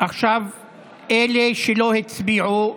עכשיו אלה שלא הצביעו,